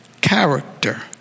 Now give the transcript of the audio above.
character